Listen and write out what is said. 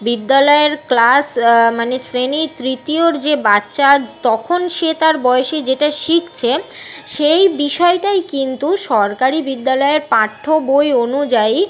বিদ্যালয়ের ক্লাস মানে শ্রেণী তৃতীয়র যে বাচ্চা তখন সে তার বয়েসে যেটা শিখছে সেই বিষয়টাই কিন্তু সরকারি বিদ্যালয়ের পাঠ্য বই অনুযায়ী